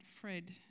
Fred